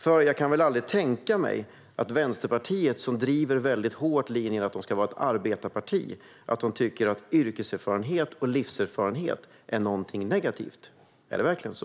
För jag kan väl aldrig tänka mig att Vänsterpartiet, som väldigt hårt driver linjen att de ska vara ett arbetarparti, tycker att yrkeserfarenhet och livserfarenhet är någonting negativt. Eller är det så?